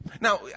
Now